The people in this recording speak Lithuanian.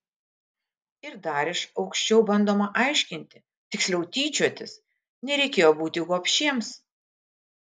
ir dar iš aukščiau bandoma aiškinti tiksliau tyčiotis nereikėjo būti gobšiems